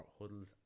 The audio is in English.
Huddles